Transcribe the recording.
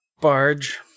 barge